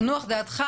תנוח דעתך,